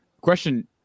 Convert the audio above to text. Question